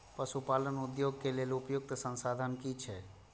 पशु पालन उद्योग के लेल उपयुक्त संसाधन की छै?